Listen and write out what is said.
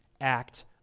act